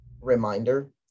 reminder